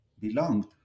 belonged